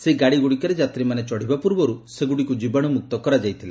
ସେହି ଗାଡ଼ିଗୁଡ଼ିକରେ ଯାତ୍ରୀମାନେ ଚଢ଼ିବା ପୂର୍ବରୁ ସେଗୁଡ଼ିକୁ କୀବାଣୁମୁକ୍ତ କରାଯାଇଥିଲା